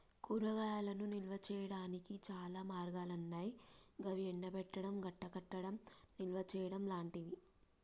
కూరగాయలను నిల్వ చేయనీకి చాలా మార్గాలన్నాయి గవి ఎండబెట్టడం, గడ్డకట్టడం, నిల్వచేయడం లాంటియి